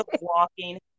Walking